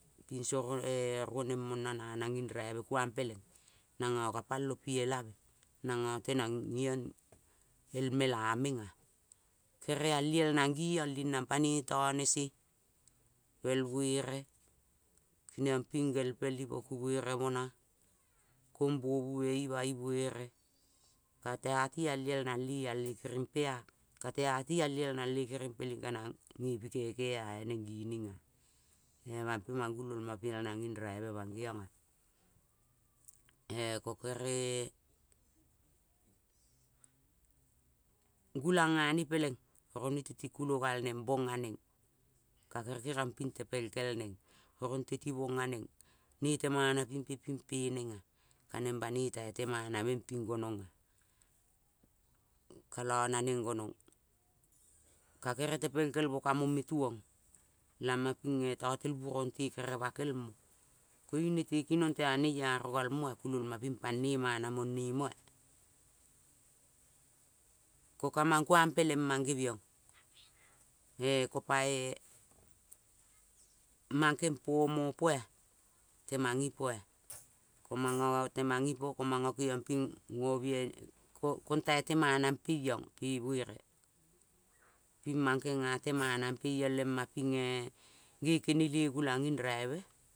Pingo nioneng mono na nang nging raibe kuang peleng nongo ka palo pi elabe. Nongo tenang iong el mek menges. Kere eal liel nang ngiong ling nang panoi tone se pel buere keniong ping ngengpel ipo ku bure mono. Kombobu me imai buere. Kala ti eal liel nang le eal kinngmpe ea ling ka nang ngepi keke ea ea neng ngining ea, manguloi ma piel nang nging raibe mangeiong ea. Ee ko keree gulang nga ne peleng ovo teti kulo gal neng bong ea neng ka gerel kenong ping lepeng kei neng oro leti bong ea neng nele mana pimppimpe nengea ka neng banoi tai te mana meng ping gonongea kolo naneng gonong. Ka gerel tempel kel mo ka mo me tuong lama pinge totel bunong te kere bakel mo koing nete ra kinong neiaro gal mo ea kulongmong pa ne mana more mo ea. Ko ka mang kuang peleng mang gebiong. Ekopa e mang kengpomo poea temang ipoea i ko mongo temang ipo ko mongo kengiong ping ngo bihanim kontai tem ana mpe iong pe buere ping mang kenga temana mpe iong lema ping e nge kenelie gulang nging raibe